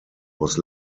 was